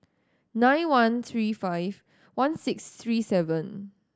nine one three five one six three seven